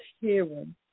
hearing